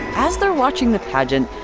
as they're watching the pageant,